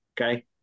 okay